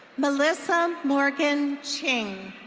melissa morgan ching.